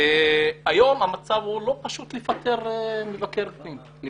היום לא פשוט לפטר מבקר פנים כי